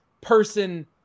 person